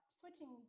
switching